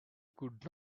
could